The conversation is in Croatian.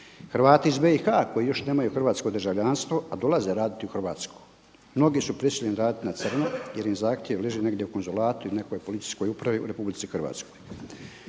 Hrvati iz BiH koji još nemaju hrvatsko državljanstvo, a dolaze raditi u Hrvatsku mnogi su prisiljeni raditi na crno jer im zahtjev leži negdje u konzulatu ili u nekoj policijskoj upravi u RH. Dakle